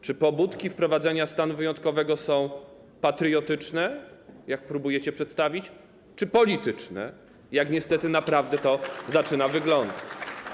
Czy pobudki wprowadzenia stanu wyjątkowego są patriotyczne, jak próbujecie przedstawić, czy polityczne, jak niestety naprawdę to zaczyna wyglądać?